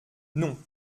non